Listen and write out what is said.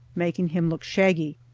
making him look shaggy.